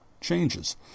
changes